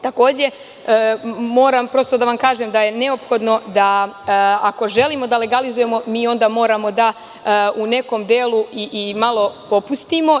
Takođe, prosto moram da vam kažem da je neophodno, ako želimo da legalizujemo, onda moramo da u nekom delu i malo popustimo.